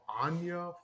Anya